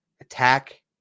attack